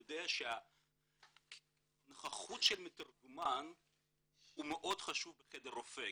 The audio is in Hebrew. יודע שהנוכחות של מתורגמן מאוד חשובה בחדר רופא,